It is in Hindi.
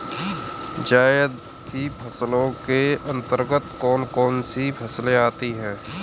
जायद की फसलों के अंतर्गत कौन कौन सी फसलें आती हैं?